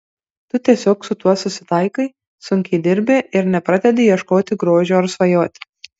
tu tiesiog su tuo susitaikai sunkiai dirbi ir nepradedi ieškoti grožio ar svajoti